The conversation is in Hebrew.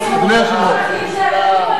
אני שאלתי את אדוני.